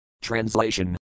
Translation